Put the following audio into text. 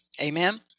Amen